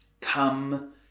Come